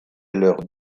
leurs